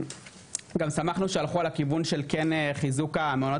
גם שמחנו שהלכו על הכיוון של כן חיזוק המעונות